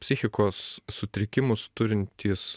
psichikos sutrikimus turintys